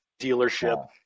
dealership